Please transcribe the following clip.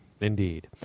indeed